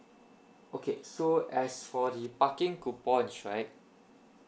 okay so as for the parking coupons right